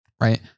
right